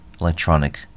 electronic